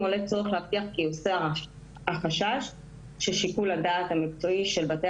עולה צורך להבטיח כי יוסר החשש ששיקול הדעת המקצועי של בתי